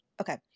Okay